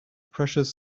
precious